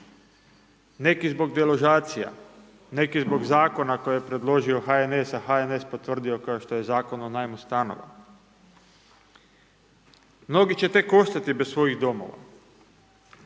neki zbog deložacija, neki zbog Zakona koji je predložio HNS, a HNS potvrdio, kao što je Zakonom o najmu stanova. Mnogi će tek ostati bez svojih domova.